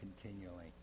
continually